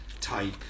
type